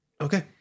Okay